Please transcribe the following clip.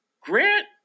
Grant